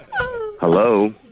Hello